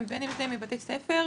בין אם זה מבתי ספר.